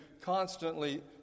constantly